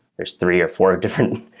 there's three or four different,